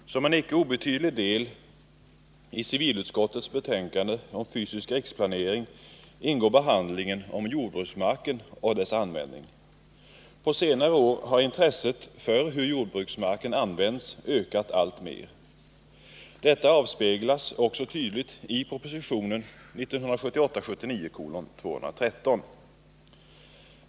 Herr talman! Som en icke obetydlig del i civilutskottets betänkande om fysisk riksplanering ingår behandlingen av jordbruksmarken och dess användning. På senare år har intresset för hur jordbruksmarken används ökat alltmer. Detta avspeglas också tydligt i propositionen 1978/79:213.